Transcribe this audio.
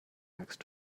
next